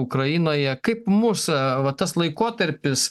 ukrainoje kaip mus va tas laikotarpis